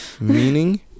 Meaning